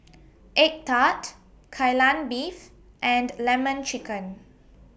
Egg Tart Kai Lan Beef and Lemon Chicken